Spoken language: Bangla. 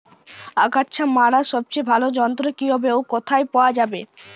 আগাছা মারার সবচেয়ে ভালো যন্ত্র কি হবে ও কোথায় পাওয়া যাবে?